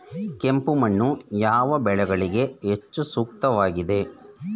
ಕೆಂಪು ಮಣ್ಣು ಯಾವ ಬೆಳೆಗಳಿಗೆ ಹೆಚ್ಚು ಸೂಕ್ತವಾಗಿದೆ?